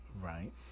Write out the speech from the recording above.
right